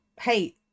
hey